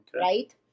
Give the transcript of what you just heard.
right